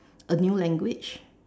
a new language